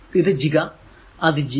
ഇത് ജിഗാ അത് G